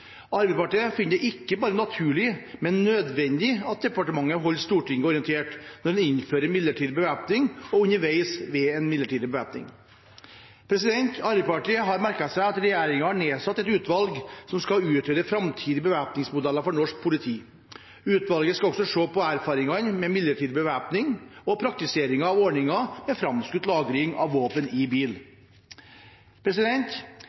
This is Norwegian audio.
Arbeiderpartiet finner det ikke bare naturlig, men nødvendig at departementet holder Stortinget orientert når en innfører midlertidig bevæpning, og underveis ved en midlertidig bevæpning. Arbeiderpartiet har merket seg at regjeringen har nedsatt et utvalg som skal utrede framtidige bevæpningsmodeller for norsk politi. Utvalget skal også se på erfaringene med midlertidig bevæpning og praktiseringen av ordningen med framskutt lagring av våpen i bil.